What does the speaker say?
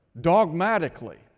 dogmatically